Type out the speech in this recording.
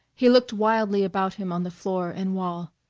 he looked wildly about him on the floor and wall.